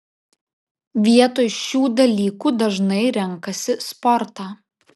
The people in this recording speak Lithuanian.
vietoj šių dalykų dažnai renkasi sportą